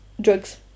drugs